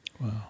Wow